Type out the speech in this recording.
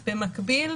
במקביל,